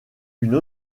une